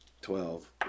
Twelve